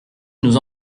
nous